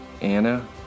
Anna